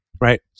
right